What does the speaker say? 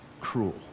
cruel